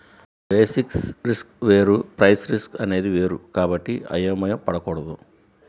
basis risk వేరు price risk అనేది వేరు కాబట్టి అయోమయం పడకూడదు